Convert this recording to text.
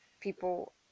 people